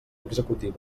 executiva